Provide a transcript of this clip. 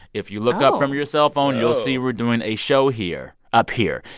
if you look up from your cellphone, you'll see we're doing a show here up here.